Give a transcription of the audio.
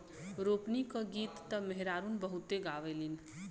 रोपनी क गीत त मेहरारू बहुते गावेलीन